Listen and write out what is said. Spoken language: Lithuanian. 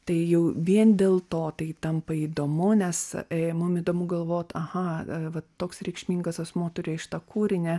tai jau vien dėl to tai tampa įdomu nes mum įdomu galvot aha va toks reikšmingas asmuo turėjo šitą kūrinį